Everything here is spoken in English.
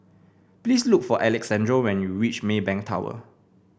please look for Alexandro when you reach Maybank Tower